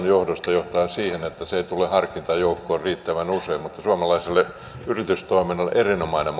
johtaa siihen että se ei tule harkintajoukkoon riittävän usein mutta se on suomalaiselle yritystoiminnalle erinomainen